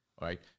right